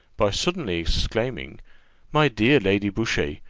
by suddenly exclaiming my dear lady boucher,